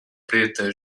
preta